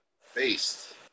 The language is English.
face